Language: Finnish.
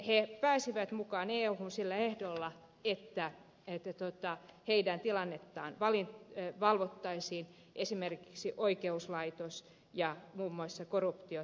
ne pääsivät mukaan euhun sillä ehdolla että ei tee tuota heidän tilannettaan niiden tilannetta valvottaisiin esimerkiksi oikeuslaitosta ja muun muassa korruptiotilannetta